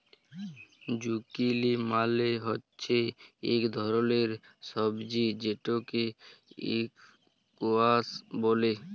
zucchini মালে হচ্যে ইক ধরলের সবজি যেটকে ইসকোয়াস ব্যলে